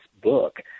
book